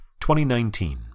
2019